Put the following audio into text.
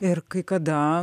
ir kai kada